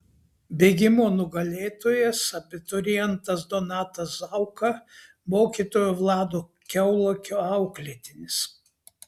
bėgimo nugalėtojas abiturientas donatas zauka mokytojo vlado kiaulakio auklėtinis